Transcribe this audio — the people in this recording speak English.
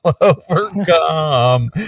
overcome